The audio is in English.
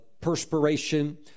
perspiration